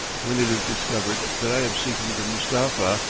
when it is discovered that i am seeking the mustapha,